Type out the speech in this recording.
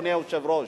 אדוני היושב-ראש.